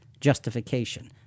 justification